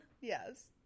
Yes